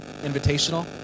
Invitational